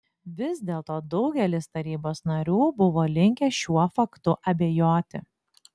vis dėlto daugelis tarybos narių buvo linkę šiuo faktu abejoti